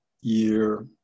year